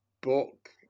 book